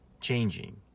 changing